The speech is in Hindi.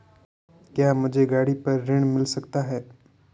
क्या मुझे गाड़ी पर ऋण मिल सकता है?